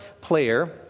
player